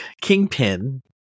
Kingpin